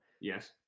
Yes